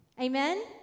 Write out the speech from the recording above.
Amen